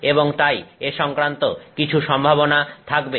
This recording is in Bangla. এবং তাই এ সংক্রান্ত কিছু সম্ভাবনা থাকবে